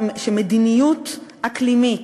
שמדיניות אקלימית,